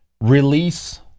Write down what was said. release